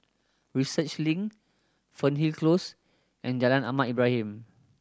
Research Link Fernhill Close and Jalan Ahmad Ibrahim